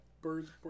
Birds